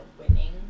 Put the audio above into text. winning